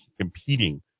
competing